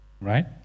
right